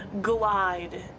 glide